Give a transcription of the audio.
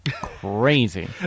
Crazy